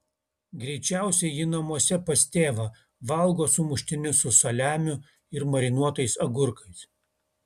greičiausiai ji namuose pas tėvą valgo sumuštinius su saliamiu ir marinuotais agurkais